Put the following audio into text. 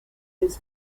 his